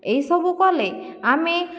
ଏହିସବୁ କଲେ ଆମେ